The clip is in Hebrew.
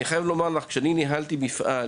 אני חייב לומר לך, כשאני ניהלתי מפעל,